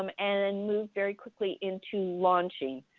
um and then moved very quickly into launching.